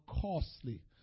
costly